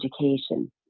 education